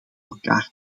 elkaar